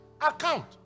account